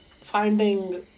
finding